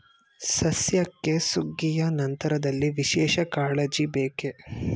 ಸಸ್ಯಕ್ಕೆ ಸುಗ್ಗಿಯ ನಂತರದಲ್ಲಿ ವಿಶೇಷ ಕಾಳಜಿ ಬೇಕೇ?